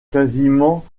quasiment